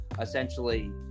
essentially